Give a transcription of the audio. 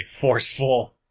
forceful